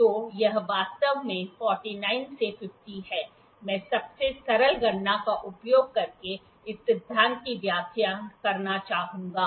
तो यह वास्तव में 49 से 50 है मैं सबसे सरल गणना का उपयोग करके इस सिद्धांत की व्याख्या करना चाहूंगा